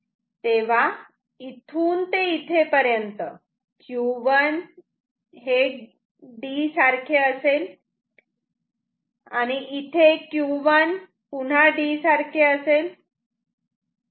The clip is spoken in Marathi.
तेव्हा इथून ते इथे पर्यंत Q1 D असेल इथे Q1 D असेल